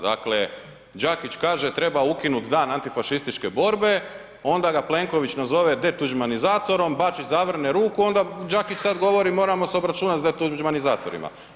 Dakle, Đakić kaže treba ukinut Dan antifašističke borbe onda ga Plenković nazove detuđmanitzatorom, Bačić zavrne ruku, onda Đakić sad govori moramo se obračunat s detuđmanizatorima.